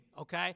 okay